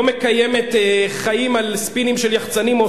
לא מקיימת חיים על ספינים של יחצנים,